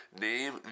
Name